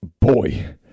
boy